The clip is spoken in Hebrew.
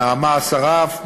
נעמה אסרף,